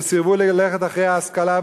שסירבו ללכת אחרי ההשכלה,